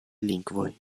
lingvoj